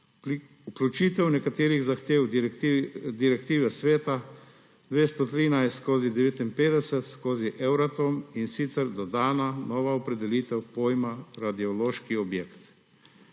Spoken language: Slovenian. vključitev nekaterih zahtev direktive Sveta 213/59/ EURatom, in sicer dodana nova opredelitev pojma radiološki objekt,